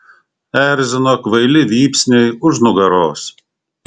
erzino kvaili vypsniai už nugaros